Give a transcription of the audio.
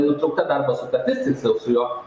nutraukta darbo sutartis tiksliau su juo